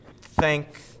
thank